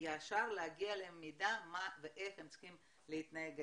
ישר להגיע למידע מה ואיך הם צריכים להתנהג היום.